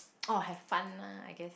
orh have fun la I guess